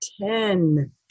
ten